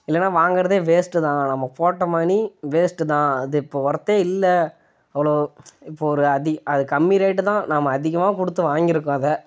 இல்லைன்னா வாங்கிறதே வேஸ்ட்டு தான் நம்ம போட்ட மணி வேஸ்ட்டு தான் அது இப்போ ஒர்த்தே இல்லை அவ்வளோ இப்போ ஒரு அதி அது கம்மி ரேட்டு தான் நம்ம அதிகமாக கொடுத்து வாங்கியிருக்கோம் அதை